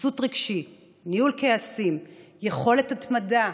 ויסות רגשי, ניהול כעסים, יכולת התמדה,